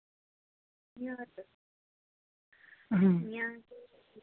अं